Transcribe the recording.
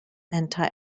anti